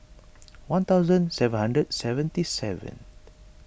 one thousand seven hundred seventy seven